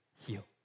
heal